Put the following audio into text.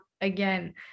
again